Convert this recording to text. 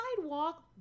sidewalk